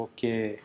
Okay